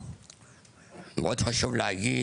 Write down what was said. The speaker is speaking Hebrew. מאוד חשוב להגיד